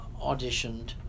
auditioned